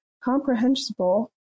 comprehensible